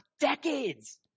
decades